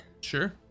Sure